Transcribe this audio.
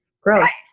Gross